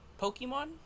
Pokemon